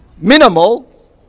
minimal